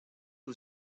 who